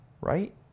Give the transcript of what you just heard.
right